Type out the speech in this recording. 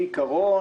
בעיקרון,